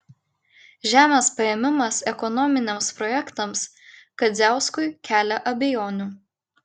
žemės paėmimas ekonominiams projektams kadziauskui kelia abejonių